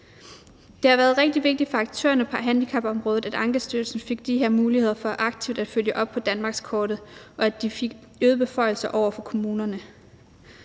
Det har været rigtig vigtigt for aktørerne på handicapområdet, at Ankestyrelsen fik de her muligheder for aktivt at følge op på danmarkskortet, og at de fik øgede beføjelser over for kommunerne.